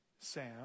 Sam